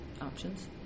options